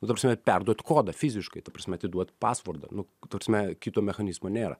nu ta prasme perduot kodą fiziškai ta prasme atiduot pasvordą nu ta prasme kito mechanizmo nėra